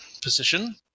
position